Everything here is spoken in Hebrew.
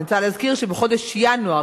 אני רוצה להזכיר שבחודש ינואר,